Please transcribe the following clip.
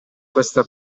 questa